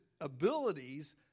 abilities